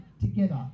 together